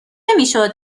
میشد